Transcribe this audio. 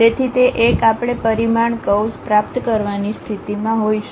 તેથી તે એક આપણે પરિમાણ કર્વ્સ પ્રાપ્ત કરવાની સ્થિતિમાં હોઈશું